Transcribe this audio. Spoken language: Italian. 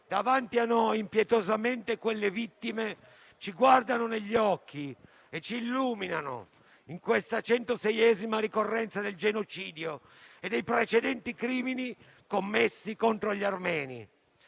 davanti a noi, impietosamente quelle vittime ci guardano negli occhi e ci illuminano in questa centoseiesima ricorrenza del genocidio e dei precedenti crimini commessi contro gli armeni.